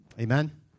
Amen